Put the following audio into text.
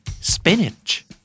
Spinach